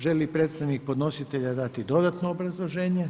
Želi li predstavnik podnositelja dati dodatno obrazloženje?